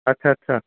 ਅੱਛਾ ਅੱਛਾ